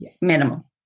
minimum